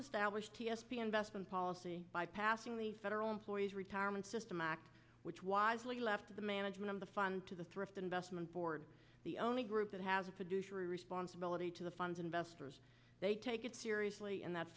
established t s p investment policy bypassing the federal employees retirement system act which wisely left the management of the fund to the thrift investment board the only group that has a fiduciary responsibility to the fund investors they take it seriously and that